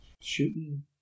shooting